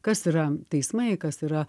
kas yra teismai kas yra